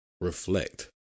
reflect